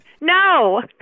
No